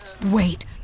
wait